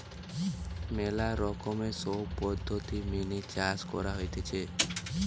ম্যালা রকমের সব পদ্ধতি মেনে চাষ করা হতিছে